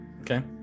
okay